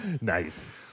nice